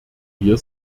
hier